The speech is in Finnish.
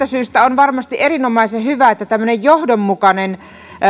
syystä on varmasti erinomaisen hyvä että tämmöinen johdonmukainen